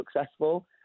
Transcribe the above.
successful